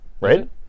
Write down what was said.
right